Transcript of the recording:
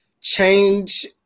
change